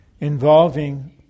involving